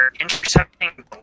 intercepting